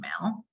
email